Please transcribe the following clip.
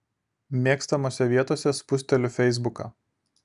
mėgstamose vietose spusteliu feisbuką